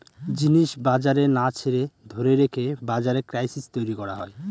জিনিস বাজারে না ছেড়ে ধরে রেখে বাজারে ক্রাইসিস তৈরী করা হয়